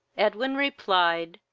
edwin replied,